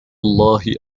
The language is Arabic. الله